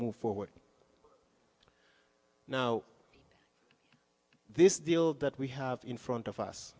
move forward now this deal that we have in front of us